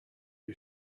you